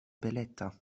beleta